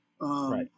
right